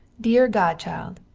deer godchild,